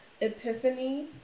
epiphany